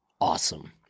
awesome